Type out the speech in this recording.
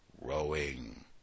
rowing